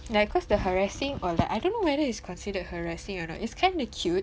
ya cause the harassing or like I don't know whether is considered harassing or not it's kinda cute